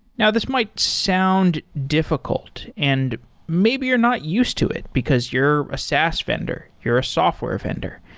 now, this might sound difficult and maybe you're not used to it because you're a saas vendor. you're a software vendor,